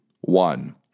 one